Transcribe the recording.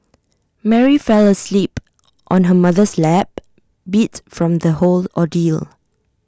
Mary fell asleep on her mother's lap beat from the whole ordeal